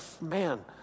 man